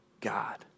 God